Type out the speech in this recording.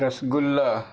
رس گلا